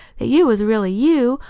that you was really you,